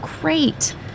great